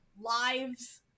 lives